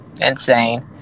insane